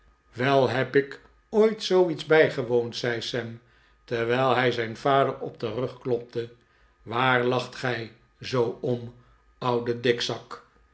wel heb ik ooit zoo iets bijgewoondl zei sam terwijl hij zijn vader op den rug klopte waar lacht gij zoo om oude dikzak